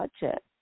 budget